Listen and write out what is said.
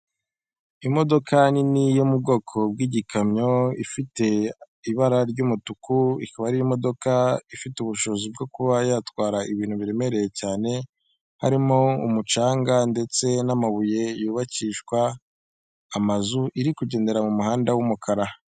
Imodoka nini yo mu bwoko bw'Igikamyo, ifite ibara ry'umutuku, ikaba ari imodoka ifite ubushobozi bwo kuba yatwara ibintu biremereye cyane, harimo umucanga ndetse n'amabuye yubakishwa amazu, iri kugendera mu muhanda w'umukara.